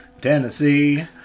Tennessee